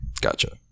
Gotcha